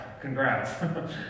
Congrats